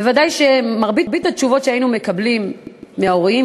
ודאי שמרבית התשובות שהיינו מקבלים מההורים,